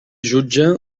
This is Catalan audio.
jutge